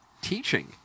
teaching